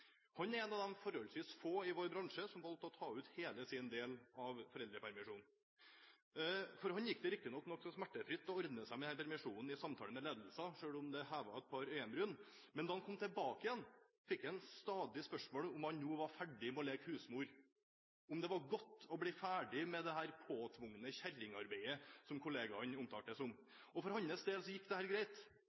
Han er en av de forholdsvis få i vår bransje som har valgt å ta ut hele sin del av foreldrepermisjonen. For ham gikk det riktignok nokså smertefritt å ordne seg med denne permisjonen i samtale med ledelsen, selv om de hevet et par øyenbryn, men da han kom tilbake igjen, fikk han stadig spørsmål om han nå var ferdig med å leke husmor, om det var godt å bli ferdig med dette påtvungne kjerringarbeidet, som kollegaene omtalte det som. For hans del gikk dette greit, men det